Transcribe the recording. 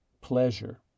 pleasure